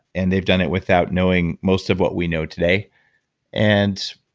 and they've done it without knowing most of what we know today and